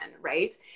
Right